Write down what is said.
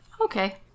Okay